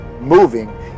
moving